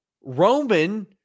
Roman